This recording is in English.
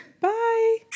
Bye